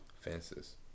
Fences